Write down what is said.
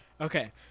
okay